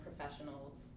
professionals